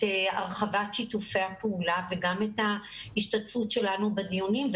הרחבת שיתופי הפעולה וגם את ההשתתפות שלנו בדיונים.